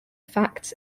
facts